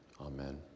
amen